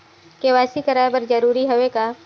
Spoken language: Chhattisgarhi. के.वाई.सी कराय बर जरूरी हवे का?